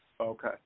Okay